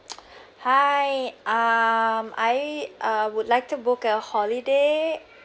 hi um I uh would like to book a holiday